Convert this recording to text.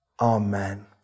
amen